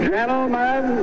Gentlemen